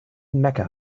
mecca